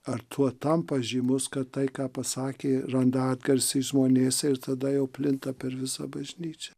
ar tuo tampa žymus kad tai ką pasakė randa atgarsį žmonėse ir tada jau plinta per visą bažnyčią